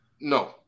No